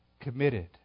committed